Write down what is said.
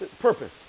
purpose